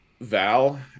Val